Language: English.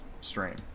stream